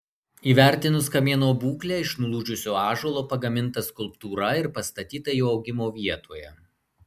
įvertinus kamieno būklę iš nulūžusio ąžuolo pagaminta skulptūra ir pastatyta jo augimo vietoje